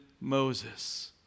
Moses